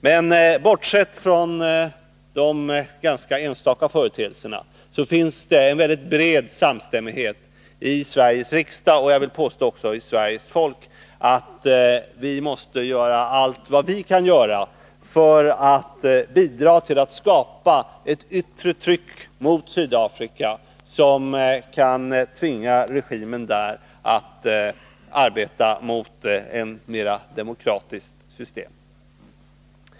Men bortsett från de ganska enstaka företeelserna finns det en mycket bred samstämmighet i Sveriges riksdag och — det vill jag påstå — också bland Sveriges folk om att vi måste göra allt vi kan för att bidra till att skapa ett yttre tryck mot Sydafrika, som kan tvinga regimen där att arbeta för ett mer demokratiskt system.